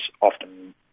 often